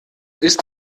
ist